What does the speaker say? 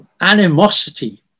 animosity